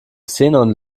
xenon